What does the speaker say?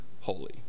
holy